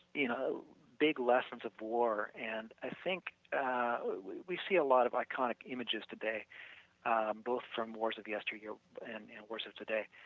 you know big lessons of war and i think we we see a lot of iconic images today both from wars of yesteryear and wars of today,